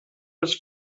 els